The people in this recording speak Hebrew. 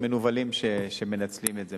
מנוולים שמנצלים את זה,